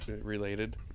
related